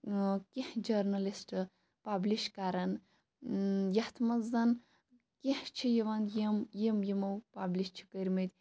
کینٛہہ journalist publish کَرَان یتھ مَنٛز زَن کینٛہہ چھِ یِوان یِم یِم یِمو پَبلِش چھِ کٔرمٕتۍ